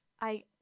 I-